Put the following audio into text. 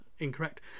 incorrect